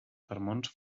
sermons